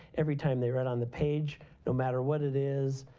every time they write on the page no matter what it is.